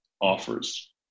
offers